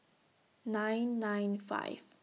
nine nine five